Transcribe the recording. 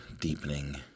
deepening